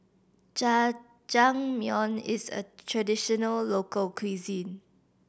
jajangmyeon is a traditional local cuisine